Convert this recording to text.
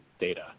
data